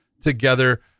together